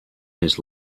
his